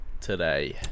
today